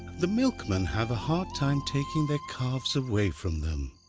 the milkmen have a hard time taking their calves away from them.